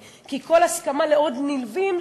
כי כל הסכמה לעוד נלווים,